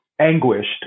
anguished